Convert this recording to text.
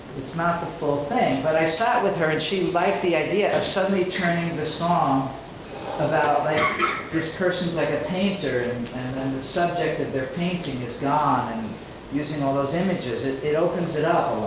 it's not the full thing. but i sat with her and she liked the idea of suddenly turning and the song about this person's like a painter and then the subject of their painting is gone. and using all those images, it it opens it up